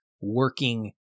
working